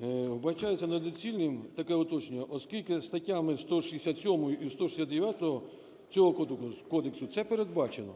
13:54:27 ПАЛАМАРЧУК М.П. Вбачаю це недоцільним, таке уточнення, оскільки статтями 167 і 169 цього кодексу це передбачено.